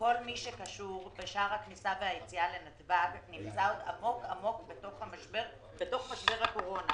מי שקשור בשער היציאה והכניסה לנתב"ג נמצא עוד עמוק בתוך משבר הקורונה,